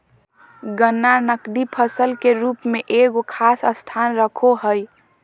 गन्ना नकदी फसल के रूप में एगो खास स्थान रखो हइ